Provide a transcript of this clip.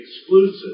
exclusive